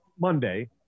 Monday